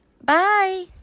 Bye